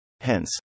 Hence